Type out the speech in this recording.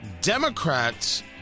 Democrats